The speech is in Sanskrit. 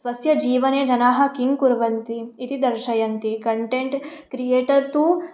स्वस्य जीवने जनाः किं कुर्वन्ति इति दर्शयन्ति कण्टेण्ट् क्रियेटर् तु